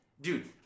Dude